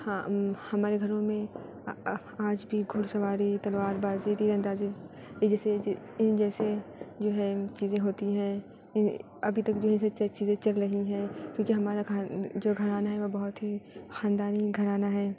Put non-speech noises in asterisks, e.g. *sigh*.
ہاں ہمارے گھروں میں آج بھی گھڑ سواری تلوار بازی تیر اندازی جیسے *unintelligible* جیسے جو ہے چیزیں ہوتی ہیں ابھی تک جو ہے سب سے چیزیں چل رہی ہیں کیونکہ ہمارا کھان جو گھرانہ ہے وہ بہت ہی خاندانی گھرانہ ہے